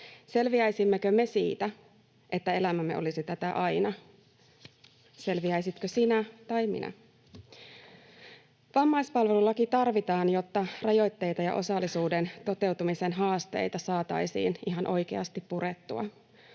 Selviäisimmekö me siitä, että elämämme olisi tätä aina? Selviäisitkö sinä tai minä? Vammaispalvelulaki tarvitaan, jotta rajoitteita ja osallisuuden toteutumisen haasteita saataisiin ihan oikeasti purettua.